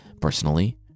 Personally